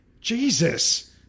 Jesus